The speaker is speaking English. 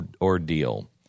ordeal